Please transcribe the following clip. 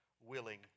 willing